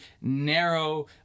narrow